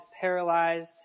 paralyzed